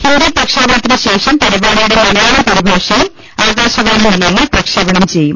ഹിന്ദി പ്രക്ഷേപണത്തിന് ശേഷം പരിപാടിയുടെ മല യാളം പരിഭാഷയും ആകാശവാണി നിലയങ്ങൾ പ്രക്ഷേപണം ചെയ്യും